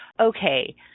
okay